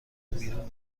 بیرون